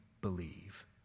believe